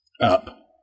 up